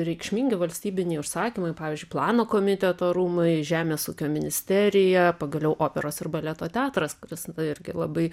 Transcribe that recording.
reikšmingi valstybiniai užsakymai pavyzdžiui plano komiteto rūmai žemės ūkio ministerija pagaliau operos ir baleto teatras kuris n irgi labai